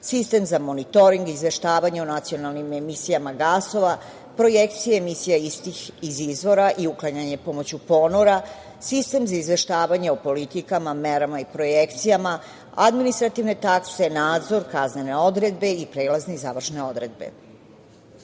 sistem za monitoring, izveštavanje o nacionalnim emisijama gasova, projekcije emisija istih iz izvora i uklanjanje pomoću ponora, sistem za izveštavanje o politikama i merama i projekcijama, administrativne takse, nadzor, kaznene odredbe i prelazne i završne odredbe.U